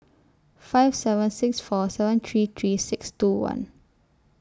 five seven six four seven three three six two one